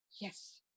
Yes